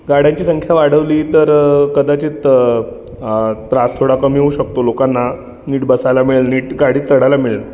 गाड्यांची संख्या वाढवली तर कदाचित त्रास थोडा कमी होऊ शकतो लोकांना नीट बसायला मिळेल नीट गाडीत चढायला मिळेल